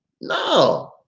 No